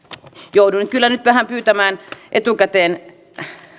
joudun nyt kyllä vähän pyytämään etukäteen